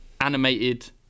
animated